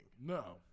No